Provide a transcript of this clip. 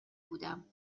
بودم